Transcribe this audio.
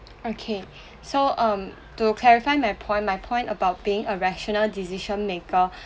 okay so um to clarify my point my point about being a rational decision maker